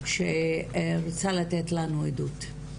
שרוצה לתת לנו עדות.